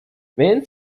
wenn